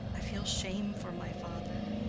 i feel shame for my father,